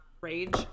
rage